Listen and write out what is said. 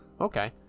Okay